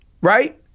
Right